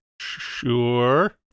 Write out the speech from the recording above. sure